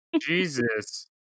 Jesus